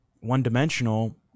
one-dimensional